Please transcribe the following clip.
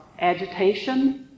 agitation